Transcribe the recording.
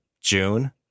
June